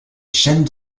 chaîne